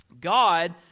God